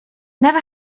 never